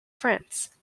france